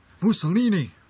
Mussolini